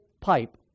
pipe